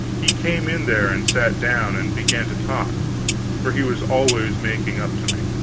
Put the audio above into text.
he came in there and sat down and began to talk for he was always making up to me,